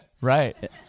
right